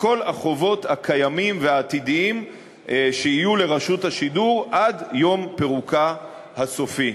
כל החובות הקיימים שיהיו לרשות השידור עד יום פירוקה הסופי.